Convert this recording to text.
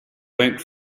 went